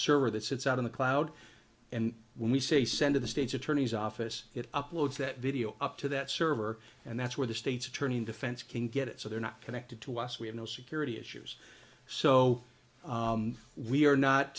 server that sits out in the cloud and we say send of the state's attorney's office it uploads that video up to that server and that's where the state's attorney and defense can get it so they're not connected to us we have no security issues so we are not